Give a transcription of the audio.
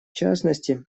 частности